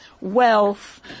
wealth